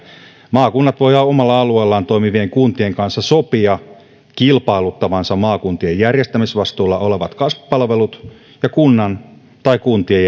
maakunnat voivat omalla alueellaan toimivien kuntien kanssa sopia kilpailuttavansa yhdessä maakuntien järjestämisvastuulla olevat kasvupalvelut ja kunnan tai kuntien